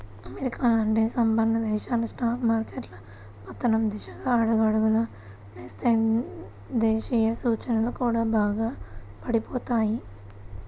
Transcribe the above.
America లాంటి సంపన్న దేశాల స్టాక్ మార్కెట్లు పతనం దిశగా అడుగులు వేస్తే దేశీయ సూచీలు కూడా బాగా పడిపోతాయి